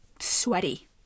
sweaty